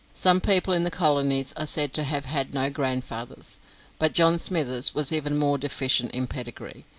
some people in the colonies are said to have had no grandfathers but john smithers was even more deficient in pedigree,